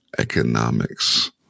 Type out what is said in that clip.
Economics